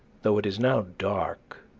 though it is now dark,